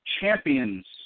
champions